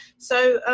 so